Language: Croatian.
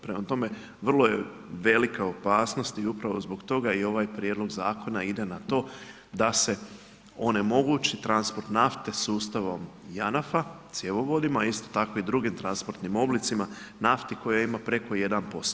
Prema tome, vrlo je velika opasnost i upravo zbog toga i ovaj prijedlog zakona ide na to da se onemogući transport nafte sustavom JANAF-a, cjevovodima a isto tako i drugim transportnim oblicima nafti koje ima preko 1%